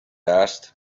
asked